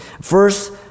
First